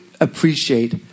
appreciate